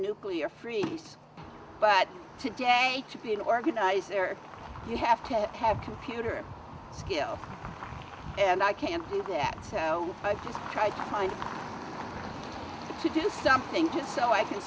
nuclear freeze but today to be an organizer you have to have computer skills and i can't do that so i just tried to do something good so i can